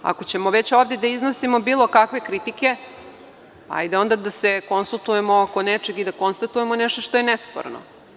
Ako ćemo već ovde da iznosimo bilo kakve kritike, hajde onda da se konsultujemo oko nečega i da konstatujemo nešto što je nesporno.